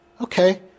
Okay